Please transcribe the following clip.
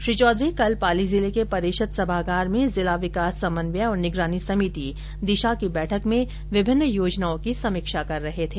श्री चौधरी कल पाली जिले के परिषद सभागार में जिला विकास समन्वय और निगरानी समिति दिशा की बैठक में विभिन्न योजनाओं की समीक्षा कर रहे थे